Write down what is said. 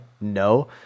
No